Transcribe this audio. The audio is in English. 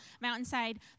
Mountainside